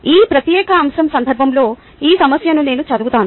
ఈ ప్రత్యేక అంశం సందర్భంలో ఈ సమస్యను నేను చదువుతాను